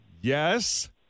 Yes